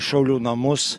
šaulių namus